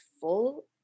full